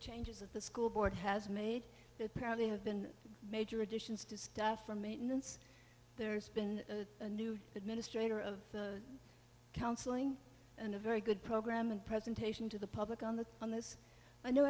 changes that the school board has made that they have been major additions to stuff from maintenance there's been a new administrator of counseling and a very good program and presentation to the public on the on this i know